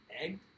Egg